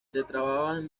trataban